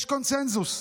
יש קונסנזוס,